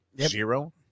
Zero